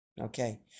okay